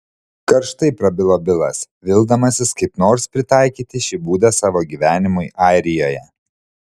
karštai prabilo bilas vildamasis kaip nors pritaikyti šį būdą savo gyvenimui airijoje